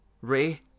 Ray